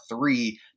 three